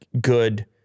good